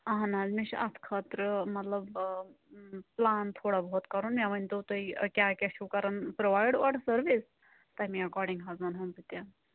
اہَن حظ مےٚ چھُ اتھ خٲطرٕ مطلب پٕلان تھوڑا بہت کرُن مےٚ ؤنٛتو تُہۍ کیٛاہ کیٛاہ چھُو کرُن پرٛووایڈ اورٕ سٔروِس تَمی اٮ۪کاڈِنٛگ حظ ونہو بہٕ تہِ